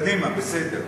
קדימה, בסדר.